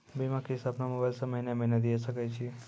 बीमा किस्त अपनो मोबाइल से महीने महीने दिए सकय छियै?